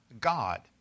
God